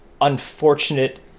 unfortunate